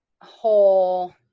whole